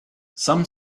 some